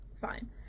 Fine